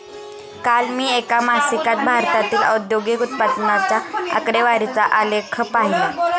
काल मी एका मासिकात भारतातील औद्योगिक उत्पन्नाच्या आकडेवारीचा आलेख पाहीला